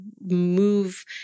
move